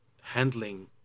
handling